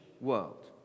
world